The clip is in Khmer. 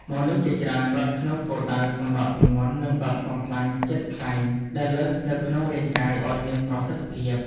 មនុស្សជាច្រើនរត់ក្នុងគោលដៅសម្រកទម្ងន់ និងដុតបំផ្លាញជាតិខ្លាញ់ដែលលើសនៅក្នុងរាងកាយឱ្យមានប្រសិទ្ធភាព។